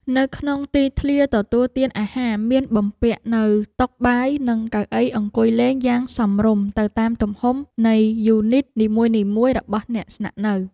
នៅក្នុងទីធ្លាទទួលទានអាហារមានបំពាក់នូវតុបាយនិងកៅអីអង្គុយលេងយ៉ាងសមរម្យទៅតាមទំហំនៃយូនីតនីមួយៗរបស់អ្នកស្នាក់នៅ។